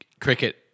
cricket